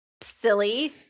silly